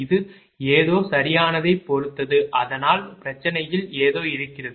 அது ஏதோ சரியானதைப் பொறுத்தது அதனால் பிரச்சனையில் ஏதோ இருக்கிறது